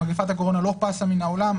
מגפת הקורונה לא פסה מן העולם,